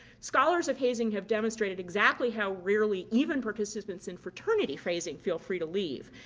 scholars of hazing have demonstrated exactly how rarely even participants in fraternity hazing feel free to leave.